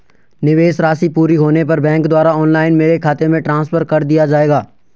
निवेश राशि पूरी होने पर बैंक द्वारा ऑनलाइन मेरे खाते में ट्रांसफर कर दिया जाएगा?